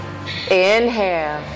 inhale